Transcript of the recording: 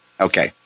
Okay